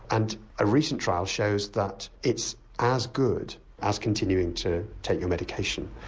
and a recent trial shows that it's as good as continuing to take a medication.